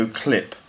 clip